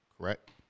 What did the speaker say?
correct